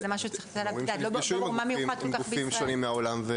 אומרים שנפגשו עם גופים שונים בעולם.